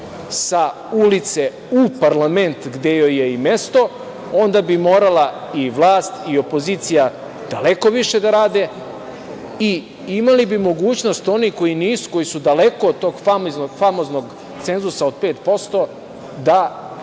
sa ulice u parlament gde joj je i mesto, i onda bi morala i vlast i opozicija daleko više da rade, i imali bi mogućnost oni koji su daleko od tog famoznog cenzusa od 5%. da